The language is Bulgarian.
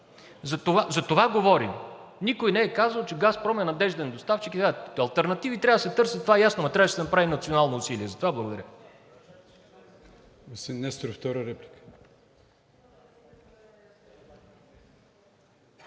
за това говорим. Никой не е казал, че „Газпром“ е надежден доставчик. Алтернативи трябва да се търсят, това е ясно, ама трябва да се направи национално усилие за това. Благодаря.